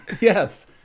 yes